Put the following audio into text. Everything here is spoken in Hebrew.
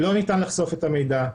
שלא ניתן לחשוף את המידע.